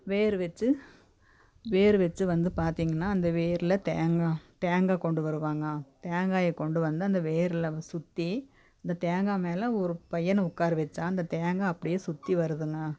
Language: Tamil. வேர் வச்சு வேர் வச்சு வந்து பார்த்தீங்கன்னா அந்த வேரில் தேங்காய் தேங்காய் கொண்டு வருவாங்க தேங்காயை கொண்டு வந்து அந்த வேரில் வ சுற்றி இந்த தேங்காய் மேலே ஒரு பையனை உட்கார வச்சா அந்த தேங்காய் அப்படியே சுற்றி வருதுங்க